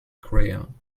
crayon